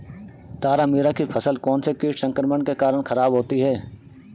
तारामीरा की फसल कौनसे कीट संक्रमण के कारण खराब होती है?